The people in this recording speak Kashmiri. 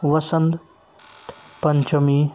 وَسنٛد پنٛچَمی